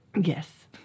Yes